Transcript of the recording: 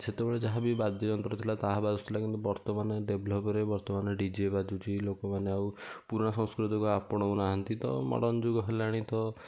ସେତେବେଳେ ଯାହା ବି ବାଦ୍ୟ ଯନ୍ତ୍ର ଥିଲା ତାହା ବାଜୁଥିଲା କିନ୍ତୁ ବର୍ତ୍ତମାନ ଡେଭଲପ୍ରେ ବର୍ତ୍ତମାନ ଡି ଜେ ବାଜୁଛି ଲୋକମାନେ ଆଉ ପୁରୁଣା ସଂସ୍କୃତିକୁ ଆପଣାଉ ନାହାଁନ୍ତି ତ ମଡ଼ର୍ଣ୍ଣ ଯୁଗ ହେଲାଣି ତ